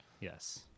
Yes